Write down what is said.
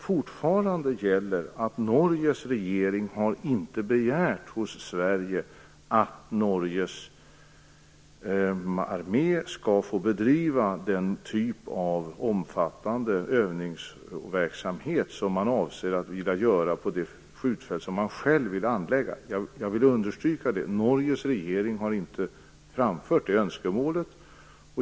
Fortfarande gäller att Norges regering inte har begärt hos Sverige att Norges armé skall få bedriva den typ av omfattande övningsverksamhet som man avser att bedriva på det skjutfält som man själv vill anlägga. Jag vill understryka att Norges regering inte har framfört det önskemålet.